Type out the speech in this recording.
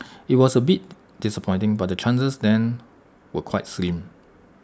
IT was A bit disappointing but the chances then were quite slim